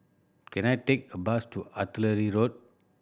can I take a bus to Artillery Road